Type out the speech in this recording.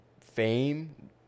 fame